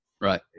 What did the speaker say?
Right